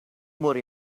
more